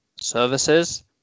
services